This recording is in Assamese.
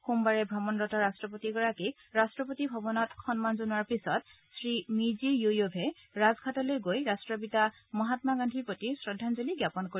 সোমবাৰে ভ্ৰমণৰত ৰট্টপতিগৰাকীক ৰট্টপতি ভৱনত সন্মান জনোৱাৰ পিছত শ্ৰীমিৰ্জি য়ো য়েভে ৰাজঘাটলৈ গৈ ৰাষ্ট্ৰপিতা মহামা গান্ধীক শ্ৰদ্ধাঞ্জলি জ্ঞাপন কৰিব